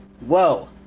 Whoa